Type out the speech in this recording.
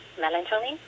melancholy